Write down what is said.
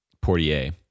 Portier